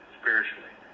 spiritually